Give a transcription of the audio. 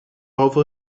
over